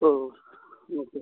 ഓ okay